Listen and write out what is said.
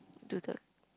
do the